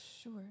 Sure